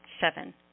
Seven